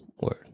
Word